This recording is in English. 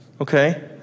okay